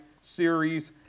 series